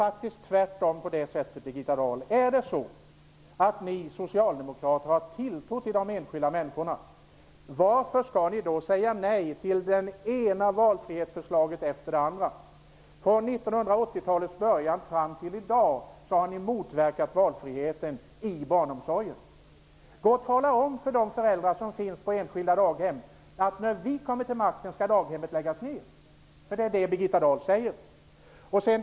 Birgitta Dahl! Om ni socialdemokrater har tilltro till de enskilda människorna, varför skall ni då säga nej till det ena valfrihetsförslaget efter det andra? Från 1980-talets början fram till i dag har ni motverkat valfriheten i barnomsorgen. Gå och tala om för föräldrar på enskilda daghem att daghemmen skall läggas ner när vi kommer till makten!